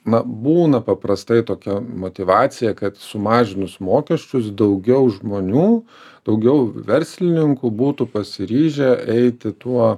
na būna paprastai tokia motyvacija kad sumažinus mokesčius daugiau žmonių daugiau verslininkų būtų pasiryžę eiti tuo